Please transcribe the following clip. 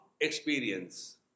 experience